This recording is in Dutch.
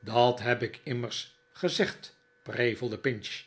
dat heb ik immers gezegd prevelde pinch